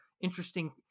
interesting